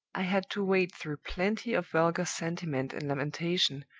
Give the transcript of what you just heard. i had to wade through plenty of vulgar sentiment and lamentation,